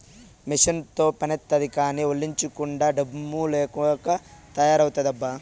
మెసీనుతో పనైతాది కానీ, ఒల్లోంచకుండా డమ్ము లెక్క తయారైతివబ్బా